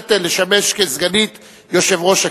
ותיכנס לספר החוקים של מדינת ישראל.